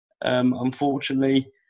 unfortunately